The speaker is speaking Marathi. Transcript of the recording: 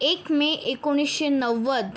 एक मे एकोणीसशे नव्वद